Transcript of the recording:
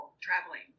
Traveling